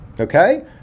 Okay